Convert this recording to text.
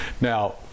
now